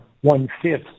one-fifth